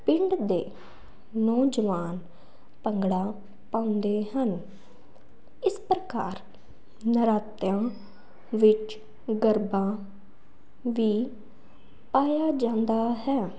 ਪਿੰਡ ਦੇ ਨੌਜਵਾਨ ਭੰਗੜਾ ਪਾਉਂਦੇ ਹਨ ਇਸ ਪ੍ਰਕਾਰ ਨਰਾਤਿਆਂ ਵਿੱਚ ਗਰਬਾ ਵੀ ਪਾਇਆ ਜਾਂਦਾ ਹੈ